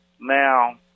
Now